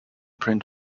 print